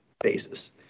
basis